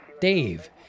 Dave